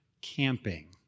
camping